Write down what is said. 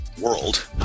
world